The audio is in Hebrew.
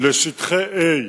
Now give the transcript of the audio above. לשטחי A,